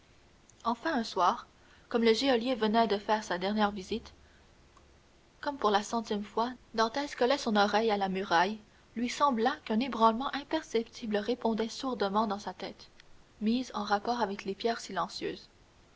enfin un soir comme le geôlier venait de faire sa dernière visite comme pour la centième fois dantès collait son oreille à la muraille il lui sembla qu'un ébranlement imperceptible répondait sourdement dans sa tête mise en rapport avec les pierres silencieuses